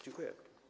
Dziękuję.